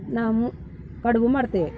ನಾವು ಕಡುಬು ಮಾಡ್ತೇವೆ